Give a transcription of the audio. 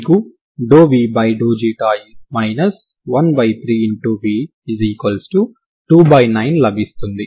మీకు dvξ 13v29 లభిస్తుంది